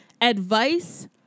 advice